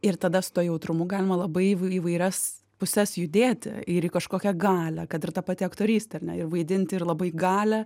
ir tada su tuo jautrumu galima labai įvairias puses judėti ir į kažkokią galią kad ir ta pati aktorystė ar ne ir vaidinti ir labai galią